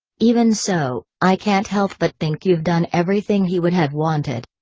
even so, i can't help but think you've done everything he would have wanted.